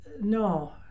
no